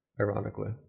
ironically